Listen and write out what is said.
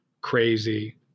crazy